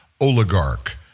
oligarch